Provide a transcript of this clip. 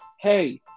Hey